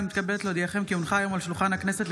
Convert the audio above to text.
אני מתכבדת להודיעכם כי הונחה היום על שולחן הכנסת,